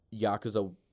Yakuza